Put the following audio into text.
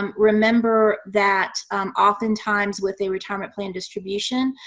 um remember that oftentimes with a retirement plan distribution,